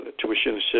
tuition